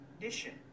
condition